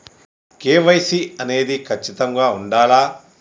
KYC అనేది ఖచ్చితంగా ఉండాలా?